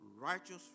righteous